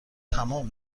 تمام